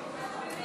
הבוררות